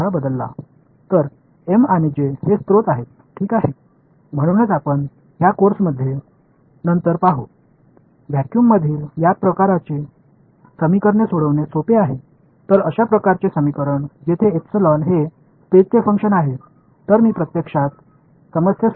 பின்னர் நாம் நிச்சயமாகப் பார்ப்பது போல இந்த வகையான சமன்பாடுகள் ஒரு முறை வெற்றிடத்தில் தீர்க்க எளிதானது பின்னர் இந்த வகையான சமன்பாடுகள் எப்சிலன் என்பது ஸ்பேஸின் செயல்பாடு